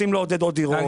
רוצים לעודד עוד דירות.